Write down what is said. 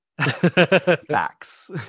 Facts